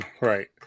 Right